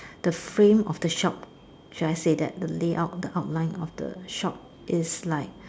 the frame of the shop should I say that the layout the outline of the shop is like